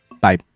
Bye